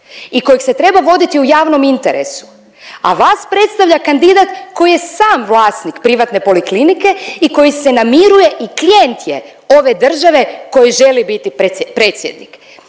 i kojeg se treba voditi u javnom interesu, a vas predstavlja kandidat koji je sam vlasnik privatne poliklinike i koji se namiruje i klijent je ove države kojoj želi biti predsjednik.